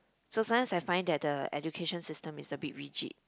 so sometimes I find that the education system is a bit rigid